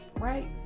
right